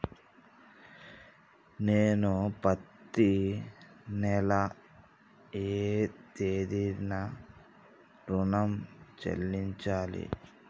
నేను పత్తి నెల ఏ తేదీనా ఋణం చెల్లించాలి?